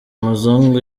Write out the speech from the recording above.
muzungu